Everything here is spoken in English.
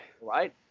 right